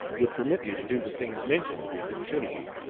would permit me to do the things mentioned with impunity,